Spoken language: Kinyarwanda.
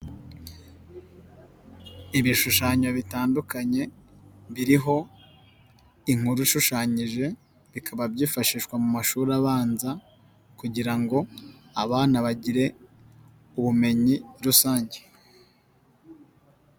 Ibishushanyo bitandukanye biriho inkuru ishushanyije bikaba byifashishwa mu mashuri abanza kugira ngo abana bagire ubumenyi rusange.